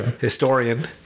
historian